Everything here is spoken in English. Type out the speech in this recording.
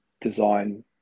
design